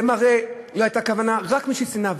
זה מראה, לא הייתה כוונה, רק בשביל שנאה.